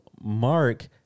Mark